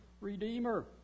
redeemer